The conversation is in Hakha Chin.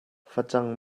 facang